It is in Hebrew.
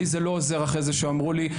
לי זה לא עוזר אחרי זה שאמרו לי,